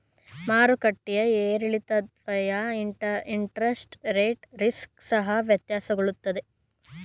ಮಾರುಕಟ್ಟೆಯ ಏರಿಳಿತದನ್ವಯ interest rate risk ಸಹ ವ್ಯತ್ಯಾಸಗೊಳ್ಳುತ್ತದೆ